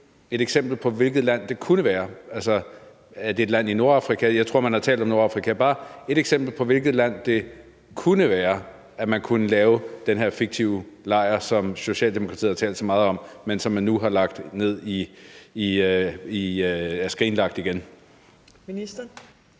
ét eksempel på, hvilket land det kunne være, hvor man kunne lave den her fiktive lejr, som Socialdemokratiet har talt så meget om, men som man nu har skrinlagt igen?